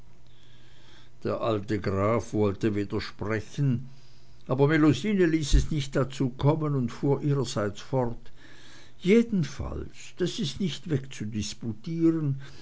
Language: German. der alte graf wollte widersprechen aber melusine ließ es nicht dazu kommen und fuhr ihrerseits fort jedenfalls das ist nicht wegzudisputieren